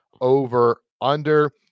over-under